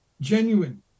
genuine